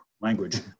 language